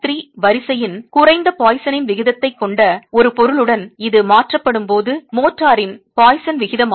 3 வரிசையின் குறைந்த பாய்சனின் விகிதத்தைக் கொண்ட ஒரு பொருளுடன் இது மாற்றப்படும்போது மோர்டாரின் பாய்சான் விகிதமானது 0